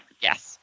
Yes